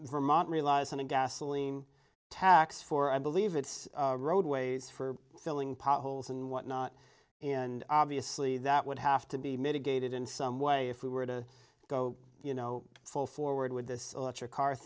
vermont relies on a gasoline tax for i believe it's roadways for filling potholes and whatnot and obviously that would have to be mitigated in some way if we were to go you know full forward with this electric car